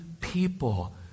people